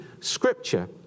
Scripture